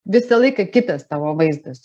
visą laiką kitas tavo vaizdas